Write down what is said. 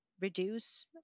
reduce